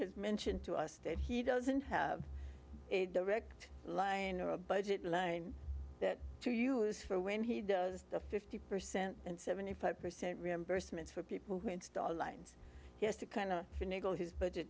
has mentioned to us that he doesn't have a direct line or a budget line to use for when he does the fifty percent and seventy five percent reimbursements for people who install lines he has to kind of finagle his budget